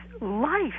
life